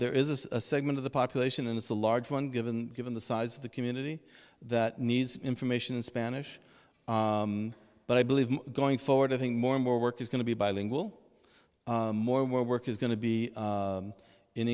there is a segment of the population and it's a large one given given the size of the community that needs information in spanish but i believe going forward i think more and more work is going to be bilingual more and more work is going to be